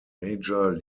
major